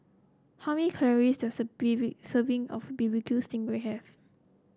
how many calories does a serving of B B Q sting ray have